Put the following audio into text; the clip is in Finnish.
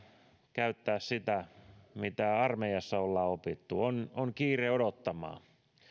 käyttää sitä mitä armeijassa ollaan opittu on on kiire odottamaan